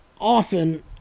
often